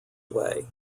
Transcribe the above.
way